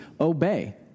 obey